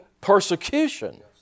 persecution